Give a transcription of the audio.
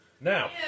Now